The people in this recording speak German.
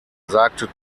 sagte